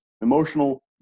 emotional